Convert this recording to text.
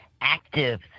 active